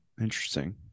interesting